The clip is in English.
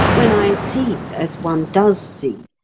when i see, as one does see,